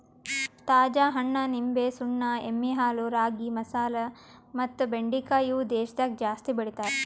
ತಾಜಾ ಹಣ್ಣ, ನಿಂಬೆ, ಸುಣ್ಣ, ಎಮ್ಮಿ ಹಾಲು, ರಾಗಿ, ಮಸಾಲೆ ಮತ್ತ ಬೆಂಡಿಕಾಯಿ ಇವು ದೇಶದಾಗ ಜಾಸ್ತಿ ಬೆಳಿತಾರ್